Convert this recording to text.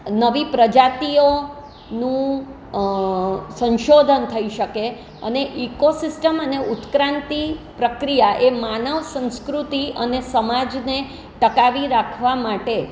નવી પ્રજાતિઓ નું સંશોધન થઈ શકે અને ઇકો સિસ્ટમ અને ઉત્ક્રાંતિ પ્રક્રિયા એ માનવ સંસ્કૃતિ અને સમાજને ટકાવી રાખવા માટે